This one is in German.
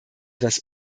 das